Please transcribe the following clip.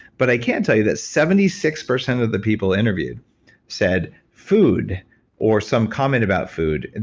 but i can tell you that seventy six percent of the people interviewed said food or some comment about food.